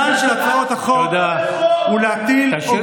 תפקידן של הצעות החוק הוא להטיל עוגנים, תודה.